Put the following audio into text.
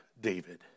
David